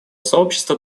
сообщества